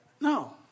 No